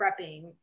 prepping